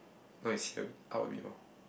go and see a bit I will read more